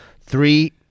Three